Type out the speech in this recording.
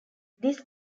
this